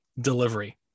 delivery